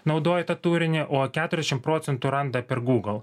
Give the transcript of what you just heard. naudoja tą turinį o keturiasdešimt procentų randa per google